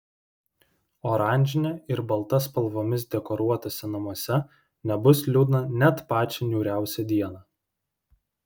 oranžine ir balta spalvomis dekoruotuose namuose nebus liūdna net pačią niūriausią dieną